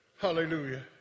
Hallelujah